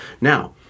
Now